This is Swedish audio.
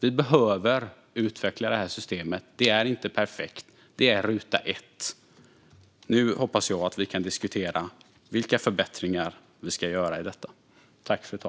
Vi behöver utveckla systemet; det är inte perfekt. Det är ruta ett. Nu hoppas jag att vi kan diskutera vilka förbättringar vi ska göra.